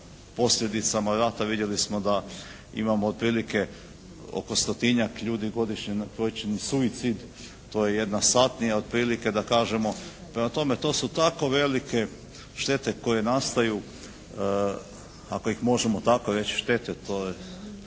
posljedicama rata vidjeli smo da imamo otprilike oko stotinjak ljudi godišnje počine suicid, to je jedna satnija otprilike, da kažemo. Prema tome to su tako velike štete koje nastaju ako ih možemo tako reći, štete, to je